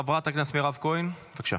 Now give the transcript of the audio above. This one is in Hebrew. חברת הכנסת מירב כהן, בבקשה.